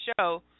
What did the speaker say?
show